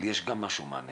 יש גם מענה